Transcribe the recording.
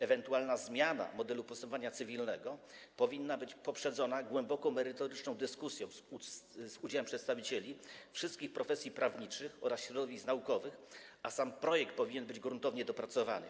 Ewentualna zmiana modelu postępowania cywilnego powinna być poprzedzona głęboko merytoryczną dyskusją z udziałem przedstawicieli wszystkich profesji prawniczych oraz środowisk naukowych, a sam projekt powinien być gruntownie dopracowany.